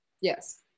Yes